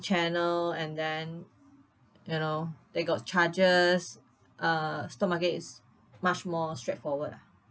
channel and then you know they got charges uh stock market is much more straightforward ah